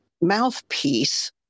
mouthpiece